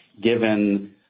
given